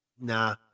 Nah